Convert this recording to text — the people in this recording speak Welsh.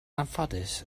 anffodus